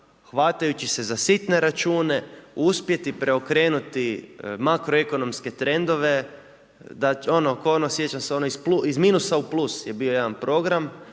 hvatajući se za sitne račune uspjeti preokrenuti makroekonomske trendove, ono, ko ono sjećam se ono iz minusa u plus je bio jedan program.